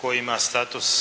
koji ima status